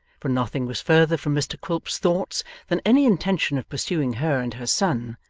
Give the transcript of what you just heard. for nothing was further from mr quilp's thoughts than any intention of pursuing her and her son,